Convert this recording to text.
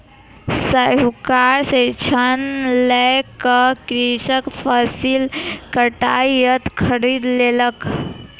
साहूकार से ऋण लय क कृषक फसिल कटाई यंत्र खरीद लेलक